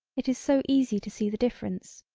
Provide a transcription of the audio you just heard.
it is so easy to see the difference.